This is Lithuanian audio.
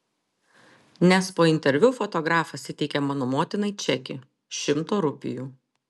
nes po interviu fotografas įteikė mano motinai čekį šimto rupijų